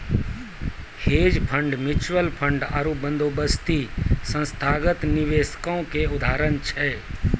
hedge fund, mutual fund आरु बंदोबस्ती संस्थागत निवेशको के उदाहरण छै